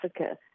Africa